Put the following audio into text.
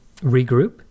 regroup